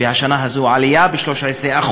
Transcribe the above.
והשנה הזאת, עלייה ב-13%,